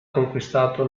conquistato